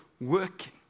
working